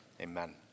Amen